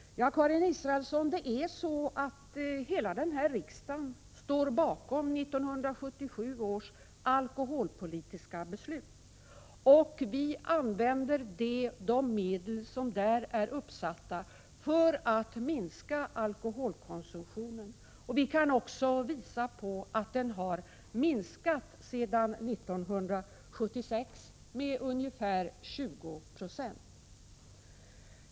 Ja, Karin Israelsson, hela riksdagen står bakom 1977 års alkoholpolitiska beslut, och vi använder de medel som där är uppsatta för att minska alkoholkonsumtionen, och vi kan också visa på att den har minskat sedan 1976 med ungefär 20 96.